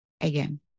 Again